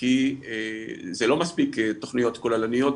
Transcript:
כי זה לא מספיק תכניות כוללניות,